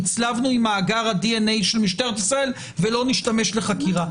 הצלבנו עם מאגר הדנ"א של משטרת ישראל ולא נשתמש לחקירה.